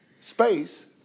space